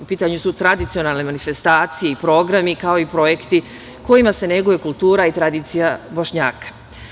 U pitanju su tradicionalne manifestacije i programi, kao i projekti kojima se neguje kultura i tradicija Bošnjaka.